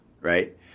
right